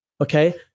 Okay